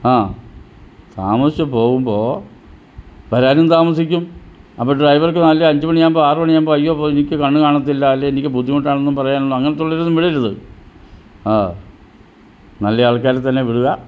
ആ താമസിച്ച് പോകുമ്പോൾ വരാനും താമസിക്കും അപ്പോൾ ഡ്രൈവർക്ക് രാവിലെ അഞ്ച് മണിയാവുമ്പോൾ ആറ് മണിയാവുമ്പോൾ അയ്യോ പോയി എനിക്ക് കണ്ണ് കാണത്തില്ല അല്ലേ എനിക്ക് ബുദ്ധിമുട്ടാണെന്നും പറയാനൊന്നും അങ്ങനത്തെ ഉള്ളവരെയൊന്നും വിടരുത് നല്ല ആൾക്കാരെ തന്നെ വിടുക